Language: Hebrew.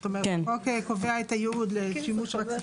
זאת אומרת החוק קובע את הייעוד לשימוש בכספים.